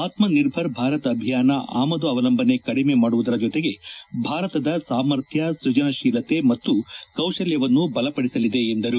ಆತ್ಮ ನಿರ್ಭರ್ ಭಾರತ ಅಭಿಯಾನ ಆಮದು ಅವಲಂಬನೆ ಕಡಿಮೆ ಮಾಡುವ ಜೊತೆಗೆ ಭಾರತದ ಸಾಮರ್ಥ್ನ ಸ್ಟಜನಶೀಲತೆ ಮತ್ತು ಕೌಶಲ್ಲವನ್ನು ಬಲಪಡಿಸಲಿವೆ ಎಂದರು